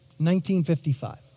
1955